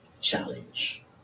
challenge